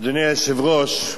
אדוני היושב-ראש,